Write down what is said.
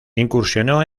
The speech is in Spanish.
incursionó